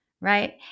right